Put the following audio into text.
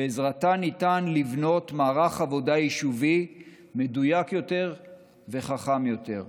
ובעזרתה ניתן לבנות מערך עבודה יישובי מדויק יותר וחכם יותר.